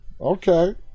Okay